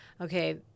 okay